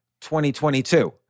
2022